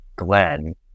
Glenn